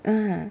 ah